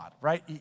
right